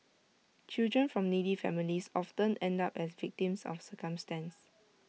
children from needy families often end up as victims of circumstance